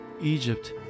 Egypt